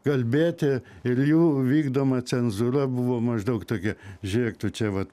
kalbėti ir jų vykdoma cenzūra buvo maždaug tokia žiūrėk tu čia vat